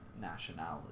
nationality